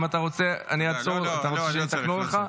רוצה שיתקנו לך?